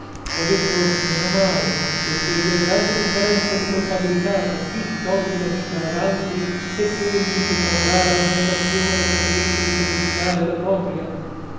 ho detto meno male poiché vi è grande differenza di colpabilità fra chi toglie la vita ad altri e quegli che con rara abnegazione preferisce di sacrificare la propria